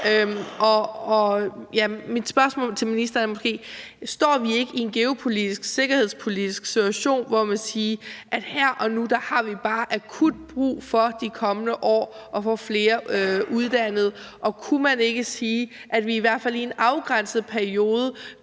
Mit spørgsmål til ministeren er: Står vi ikke i en geopolitisk og sikkerhedspolitisk situation, hvor vi her og nu og i de kommende år har akut brug for at få flere uddannet? Og kunne man ikke sige, at vi i hvert fald i en afgrænset periode